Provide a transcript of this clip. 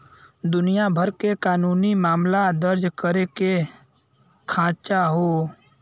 दुनिया भर के कानूनी मामला दर्ज करे के खांचा हौ